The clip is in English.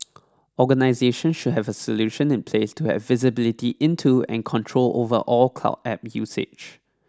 organisations should have a solution in place to have visibility into and control over all cloud App usage